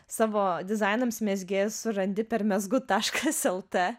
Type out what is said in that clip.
savo dizainams mezgėjas surandi per mezgu taškas el t